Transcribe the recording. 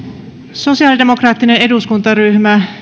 sosialidemokraattinen eduskuntaryhmä